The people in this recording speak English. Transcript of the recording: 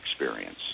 experience